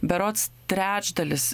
berods trečdalis